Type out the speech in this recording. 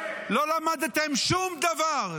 לא למדתם שום דבר,